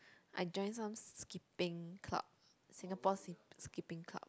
I join some skipping club Singapore sk~ skipping club